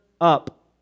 up